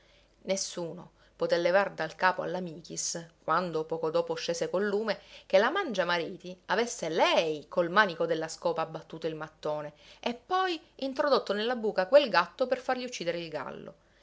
nessuno poté levar dal capo alla michis quando poco dopo scese col lume che la mangiamariti avesse lei col manico della scopa abbattuto il mattone e poi introdotto nella buca quel gatto per fargli uccidere il gallo